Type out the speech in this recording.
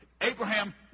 Abraham